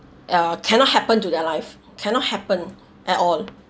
uh cannot happen to their life cannot happen at all